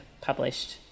published